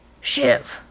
shiv